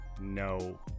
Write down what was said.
no